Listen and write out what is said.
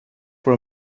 for